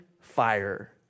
fire